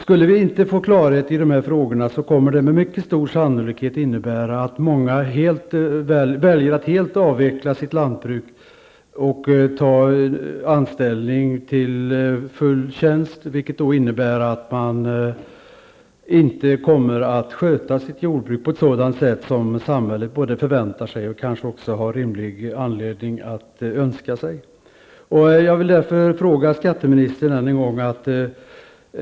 Skulle vi inte få klarhet i dessa frågor, kommer det med mycket stor sannolikhet att innebära att många väljer att helt avveckla sitt lantbruk och ta en heltidsanställning. De kommer då inte att sköta sitt jordbruk på ett sådant sätt som samhället kanske både förväntar sig och har anledning att önska sig. Jag vill därför återigen rikta en fråga till skatteministern.